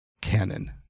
Canon